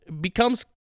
becomes